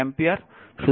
সুতরাং i1 i2 4